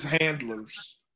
handlers